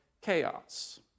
chaos